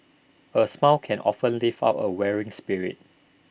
A smile can often lift up A weary spirit